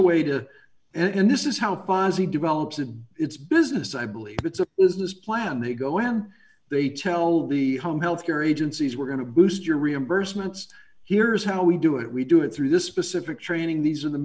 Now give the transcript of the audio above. a way to and this is how ponzi develops in its business i believe it's a business plan they go in they tell the home health care agencies we're going to boost your reimbursements here's how we do it we do it through this specific training these are the